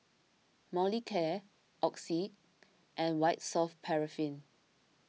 Molicare Oxy and White Soft Paraffin